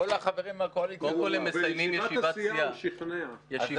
החברים מהקואליציה --- אז תחכה.